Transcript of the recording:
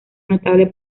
notable